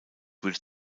würde